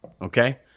Okay